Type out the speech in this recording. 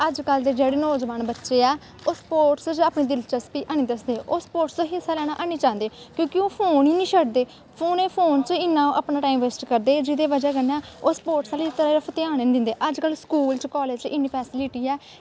अज कल दे जेह्ड़े नौजवान बच्चे ऐ ओह् स्पोटस च अपनी दिलचस्वी ऐनी दसदे ओह् स्पोटस च हिस्सा लैना ऐनी चाह्दे क्यों फोन गै नी शड्डदे ओह् फोन च इन्ना टाईम बेस्ट करदे जेह्दी बज़ा कन्नै ओह् स्पोटस आह्ली तरफ ध्यान गै नी दिंदे अज कल स्कुल च कालेज़ चे इन्नी फैसलिटी ऐ